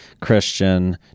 Christian